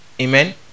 Amen